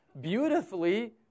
beautifully